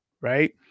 right